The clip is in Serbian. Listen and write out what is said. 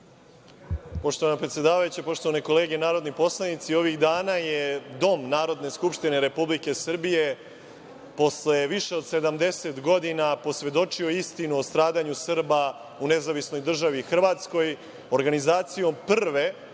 Poštovana predsedavajuća, poštovane kolege narodni poslanici, ovim dana je Dom Narodne skupštine Republike Srbije, posle više od 70 godina, posvedočio istinu o stradanju Srba u NDH, organizacijom prve